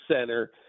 Center